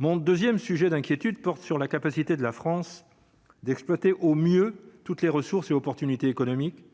Mon 2ème sujet d'inquiétude porte sur la capacité de la France d'exploiter au mieux toutes les ressources et opportunités économiques